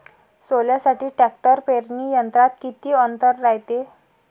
सोल्यासाठी ट्रॅक्टर पेरणी यंत्रात किती अंतर रायते?